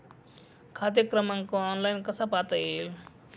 खाते क्रमांक ऑनलाइन कसा पाहता येईल?